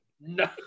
no